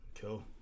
Cool